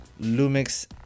Lumix